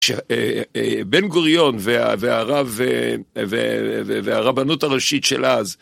בן גוריון והרבנות הראשית של אז